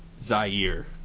Zaire